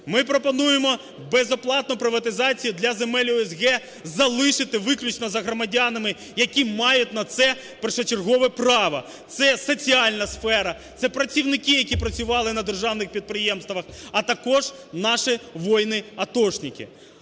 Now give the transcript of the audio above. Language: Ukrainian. Ми пропонуємо безоплатну приватизацію для земель ОСГ залишити виключно за громадянами, які мають на це першочергове право. Це соціальна сфера, це працівники, які працювали на державних підприємствах, а також наші воїни-атошники.